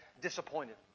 disappointed